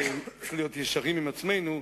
וצריך להיות ישרים עם עצמנו: